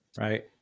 right